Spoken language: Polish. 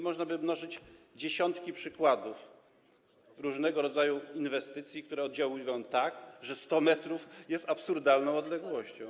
Można by mnożyć dziesiątki przykładów różnego rodzaju inwestycji, które oddziałują tak, że 100 m jest absurdalną odległością.